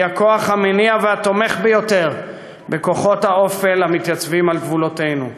והיא הכוח המניע והתומך ביותר בכוחות האופל המתייצבים על גבולותינו.